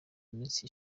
minsi